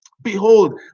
Behold